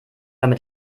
damit